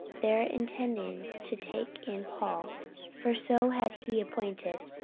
there intending to take in paul for so had he appointed,